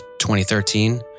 2013